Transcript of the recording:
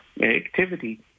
activity